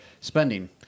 spending